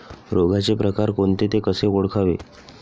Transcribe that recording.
रोगाचे प्रकार कोणते? ते कसे ओळखावे?